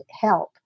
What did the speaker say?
help